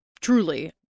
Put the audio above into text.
truly